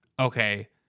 okay